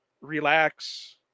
relax